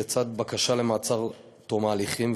לצד בקשה למעצר עד תום ההליכים,